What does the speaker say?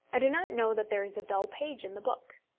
i do not know that there is a dull page in the book.